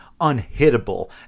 unhittable